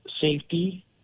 Safety